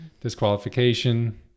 Disqualification